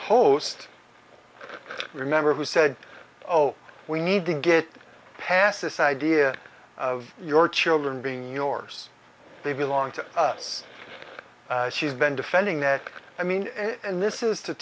host remember who said oh we need to get past this idea of your children being yours they belong to us she's been defending that i mean and this is t